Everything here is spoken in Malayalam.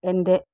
എൻ്റെ